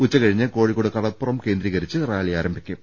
ഉച്ചകഴിഞ്ഞ് കോഴിക്കോട്ട് കടുപ്പുറം കേന്ദ്രീകരിച്ച് റാലി ആരംഭിക്കും